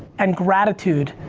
and gratitude